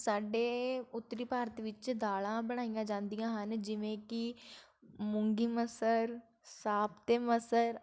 ਸਾਡੇ ਉੱਤਰੀ ਭਾਰਤ ਵਿੱਚ ਦਾਲਾਂ ਬਣਾਈਆਂ ਜਾਂਦੀਆਂ ਹਨ ਜਿਵੇਂ ਕਿ ਮੂੰਗੀ ਮਸਰ ਸਾਬਤੇ ਮਸਰ